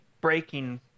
breaking